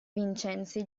vincenzi